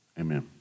amen